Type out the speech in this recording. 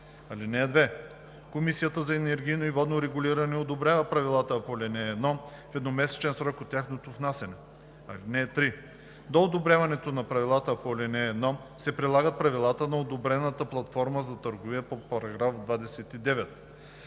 § 26. (2) Комисията за енергийно и водно регулиране одобрява правилата по ал. 1 в едномесечен срок от тяхното внасяне. (3) До одобряването на правилата по ал. 1 се прилагат правилата на одобрената платформа за търговия по § 29.